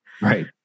Right